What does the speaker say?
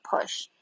push